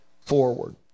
forward